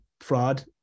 fraud